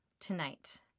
tonight